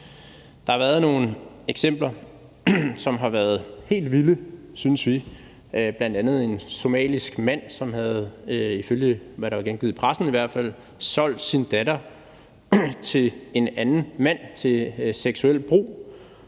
Der har været nogle eksempler, som har været helt vilde, synes vi, bl.a. et eksempel med en somalisk mand, som i hvert fald ifølge det, der blev gengivet i pressen, havde solgt sin datter til en anden mand til seksuelt brug,